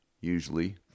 usually